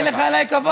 אין לך אליי כבוד?